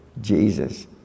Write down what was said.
Jesus